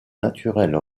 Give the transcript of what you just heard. naturelle